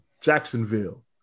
Jacksonville